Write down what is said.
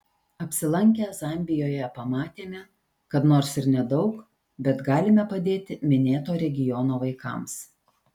apsilankę zambijoje pamatėme kad nors ir nedaug bet galime padėti minėto regiono vaikams